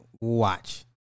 watch